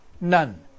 None